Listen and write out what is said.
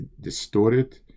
distorted